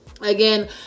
again